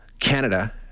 Canada